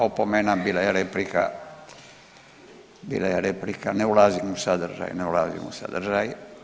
Opomena bila je replika, bila je replika, ne ulazim u sadržaj, ne ulazim u sadržaj.